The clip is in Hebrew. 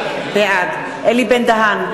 בעד אלי בן-דהן,